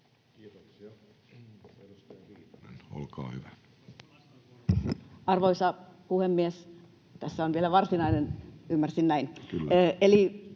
Kiitos.